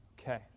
Okay